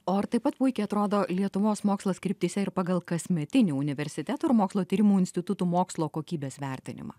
o ar taip pat puikiai atrodo lietuvos mokslas kryptyse ir pagal kasmetinį universiteto ir mokslo tyrimų institutų mokslo kokybės vertinimą